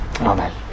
Amen